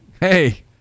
Hey